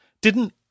Didn't